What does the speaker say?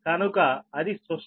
కనుక అది సుష్ట